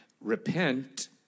repent